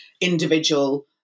individual